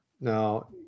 Now